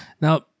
now